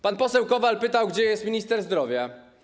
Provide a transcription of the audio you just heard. Pan poseł Kowal pytał, gdzie jest minister zdrowia.